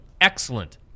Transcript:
excellent